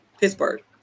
Pittsburgh